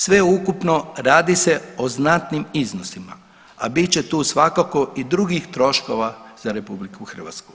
Sveukupno radi se o znatnim iznosima, a bit će tu svakako i drugih troškova za RH.